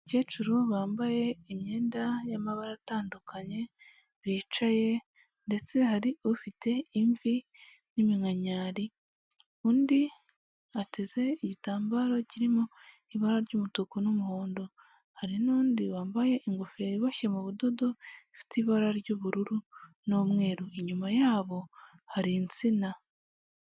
Umukecuru bambaye imyenda y'amabara atandukanye bicaye ndetse hari ufite imvi n'iminkanyari. Undi ateze igitambaro kirimo ibara ry'umutuku n'umuhondo, hari n'undi wambaye ingofero iboshye mu budodo ifite ibara ry'ubururu n'umweru, inyuma yabo hari insina.